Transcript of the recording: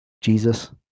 Jesus